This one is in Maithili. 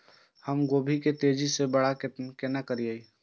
हम गोभी के तेजी से बड़ा केना करिए?